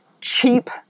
cheap